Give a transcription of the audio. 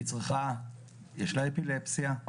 יש לה אפילפסיה,